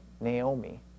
Naomi